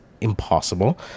impossible